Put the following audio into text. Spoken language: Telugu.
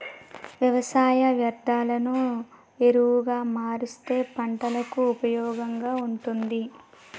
వ్యవసాయ వ్యర్ధాలను ఎరువుగా మారుస్తే పంటలకు ఉపయోగంగా ఉంటుంది